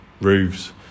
roofs